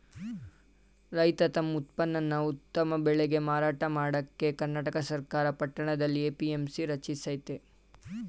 ರೈತ ತಮ್ ಉತ್ಪನ್ನನ ಉತ್ತಮ ಬೆಲೆಗೆ ಮಾರಾಟ ಮಾಡಕೆ ಕರ್ನಾಟಕ ಸರ್ಕಾರ ಪಟ್ಟಣದಲ್ಲಿ ಎ.ಪಿ.ಎಂ.ಸಿ ರಚಿಸಯ್ತೆ